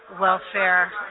Welfare